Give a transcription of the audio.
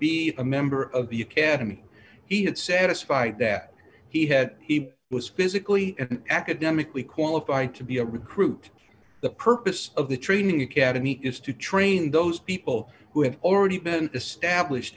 be a member of you can't me he had satisfied that he had he was physically academically qualified to be a recruit the purpose of the training academy is to train those people who have already been established